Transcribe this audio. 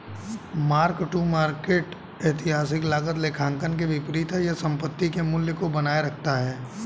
mark to market ऐतिहासिक लागत लेखांकन के विपरीत है यह संपत्ति के मूल्य को बनाए रखता है